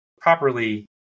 properly